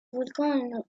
volcan